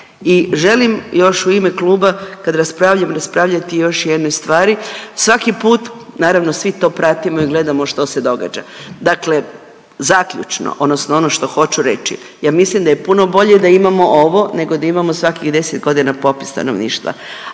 I želim još u ime kluba kad raspravljam raspravljati o još jednoj stvari. Svaki put, naravno svi to pratimo i gledamo što se događa. Dakle zaključno odnosno ono što hoću reći, ja mislim da je puno bolje da imamo ovo nego da imamo svakih 10.g. popis stanovništva,